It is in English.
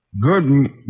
Good